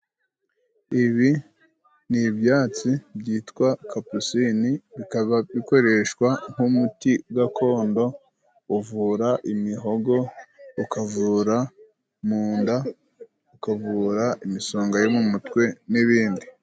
Ibi ni ibyatsi byitwa kapusine, bikaba bikoreshwa nk'umuti gakondo uvura imihogo, ukavura mu nda, ukavura imisonga yo mu mutwe n'ibindi.